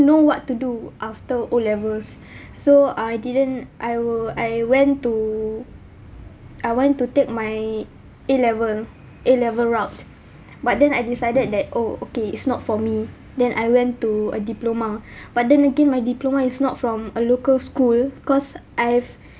know what to do after O levels so I didn't I will I went to I went to take my A level A level route but then I decided that oh okay it's not for me then I went to a diploma but then again my diploma is not from a local school because I've